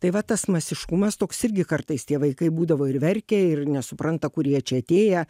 tai va tas masiškumas toks irgi kartais tie vaikai būdavo ir verkia ir nesupranta kur jie čia atėję